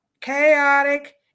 chaotic